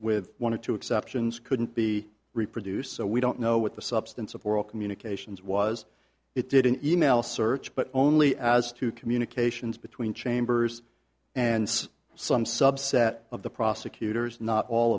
with one or two exceptions couldn't be reproduced so we don't know what the substance of oral communications was it did an e mail search but only as to communications between chambers and some subset of the prosecutors not all